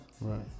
Right